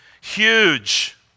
huge